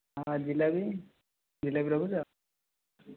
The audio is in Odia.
ହଁ ଜିଲାପି ଜିଲାପି ରଖୁଛ